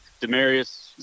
demarius